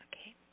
Okay